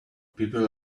people